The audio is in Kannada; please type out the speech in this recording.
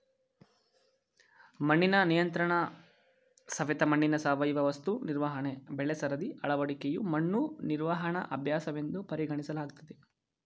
ಮಣ್ಣಿನ ನಿಯಂತ್ರಣಸವೆತ ಮಣ್ಣಿನ ಸಾವಯವ ವಸ್ತು ನಿರ್ವಹಣೆ ಬೆಳೆಸರದಿ ಅಳವಡಿಕೆಯು ಮಣ್ಣು ನಿರ್ವಹಣಾ ಅಭ್ಯಾಸವೆಂದು ಪರಿಗಣಿಸಲಾಗ್ತದೆ